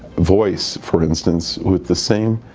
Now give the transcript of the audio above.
voice for instance with the same